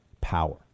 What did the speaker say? power